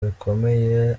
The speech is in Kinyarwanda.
bikomeye